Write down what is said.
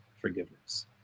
forgiveness